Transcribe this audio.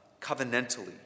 covenantally